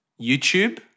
YouTube